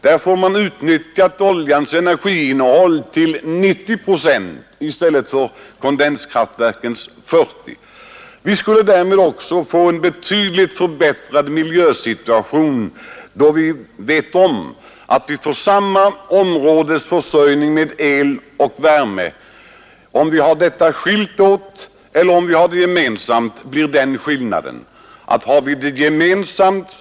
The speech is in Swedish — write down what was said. Där utnyttjar man oljans energiinnehåll till 90 procent i stället för kondenskraftverkets 40 procent. Vi skulle därmed också få en betydligt förbättrad miljösituation. Vid en gemensam försörjning av el och värme eldar vi upp olja till ett tal, som kan sättas till 100.